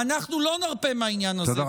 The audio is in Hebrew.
אנחנו לא נרפה מהעניין הזה.